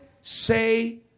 say